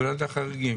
לוועדת החריגים?